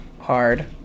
hard